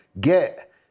get